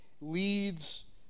leads